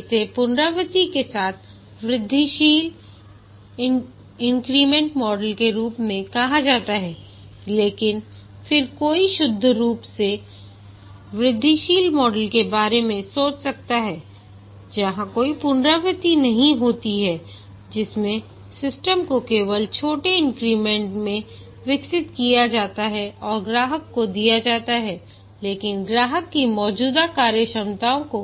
इसे पुनरावृति के साथ वृद्धिशील इन्क्रीमेंट मॉडल के रूप में कहा जाता है लेकिन फिर कोई शुद्ध रूप से वृद्धिशील मॉडल के बारे में सोच सकता है जहां कोई पुनरावृत्ति नहीं होती है जिसमें सिस्टम को केवल छोटे इन्क्रीमेंट में विकसित किया जाता है और ग्राहक को दिया जाता है लेकिन ग्राहक की मौजूदा कार्यक्षमताओं को